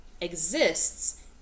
exists